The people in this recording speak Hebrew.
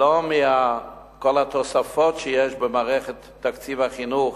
ולא מכל התוספות שיש במערכת תקציב החינוך,